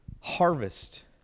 harvest